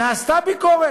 נעשתה ביקורת,